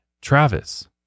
Travis